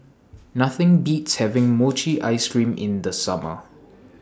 Nothing Beats having Mochi Ice Cream in The Summer